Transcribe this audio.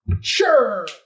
Sure